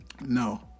no